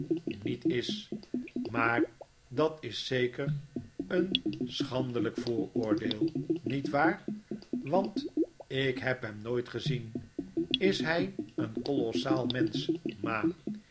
niet is maar dat is zeker een schandelyk vooroordeel niet waar want ik heb hem nooit gezien is hij een kolossaal mensch